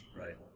right